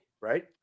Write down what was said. right